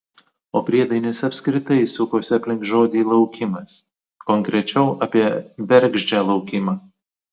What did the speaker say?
o priedainis apskritai sukosi aplink žodį laukimas konkrečiau apie bergždžią laukimą